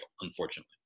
unfortunately